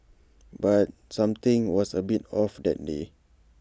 but something was A bit off that day